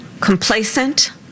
complacent